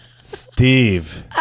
Steve